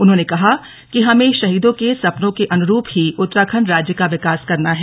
उन्होंने कहा कि हमें शहीदों के सपनों के अनुरूप ही उत्तराखण्ड राज्य का विकास करना है